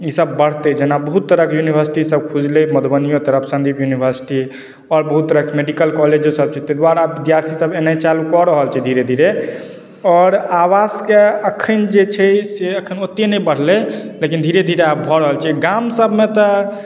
ईसभ बढ़तै जेना बहुत तरहके यूनिवर्सिटी सभ खुजलै मधुबनियौ तरफ सन्दीप यूनिवर्सिटी आओर बहुत तरहके मेडिकल कॉलेजो सभ छै ताहि दुआरे विद्यार्थी सभ आब एनय चालू कय रहल छै धीरे धीरे आओर आवासके अखन जे छै से अखन ओते नहि बढ़लै लेकिन धीरे धीरे आब भऽ रहल छै गाम सभमे तऽ